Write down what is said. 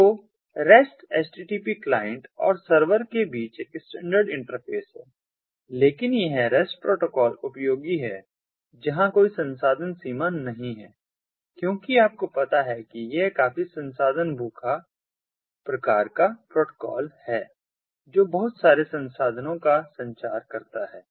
तो REST HTTP client और server के बीच एक स्टैंडर्ड इंटरफ़ेस है लेकिन यह REST प्रोटोकॉल उपयोगी है जहाँ कोई संसाधन सीमा नहीं है क्योंकि आपको पता है कि यह काफी संसाधन भूखा प्रकार का प्रोटोकॉल है जो बहुत सारे संसाधनों का संचार करता है